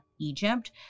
Egypt